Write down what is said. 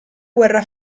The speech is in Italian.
guerra